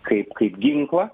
kaip kaip ginklą